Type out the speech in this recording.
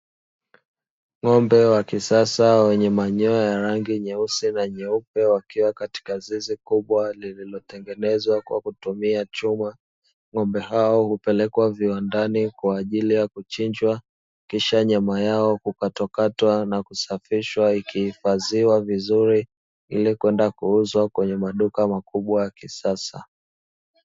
Ng'ombe wa kisasa wenye manyoya ya rangi nyeusi na nyeupe wakiwa katika zizi kubwa lililotengenezwa kwa kutumia chuma. Ng'ombe hao hupelekwa viwandani kwa ajili ya kuchinjwa kisha nyama yao kukatwakatwa na kusafishwa ikihifadhiwa vizuri ili kwenda kuuzwa kwenye maduka makubwa ya kisasa.